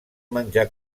menjar